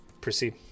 Proceed